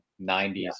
90s